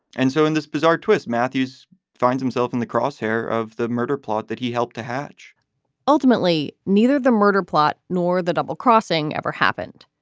and so in this bizarre twist, matthews finds himself in the crosshairs of the murder plot that he helped to hatch ultimately, neither the murder plot nor. double crossing ever happened,